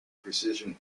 precision